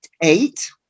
eight